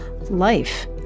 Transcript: life